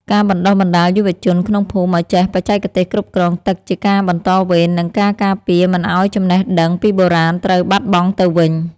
ការបណ្តុះបណ្តាលយុវជនក្នុងភូមិឱ្យចេះបច្ចេកទេសគ្រប់គ្រងទឹកគឺជាការបន្តវេន និងការការពារមិនឱ្យចំណេះដឹងពីបុរាណត្រូវបាត់បង់ទៅវិញ។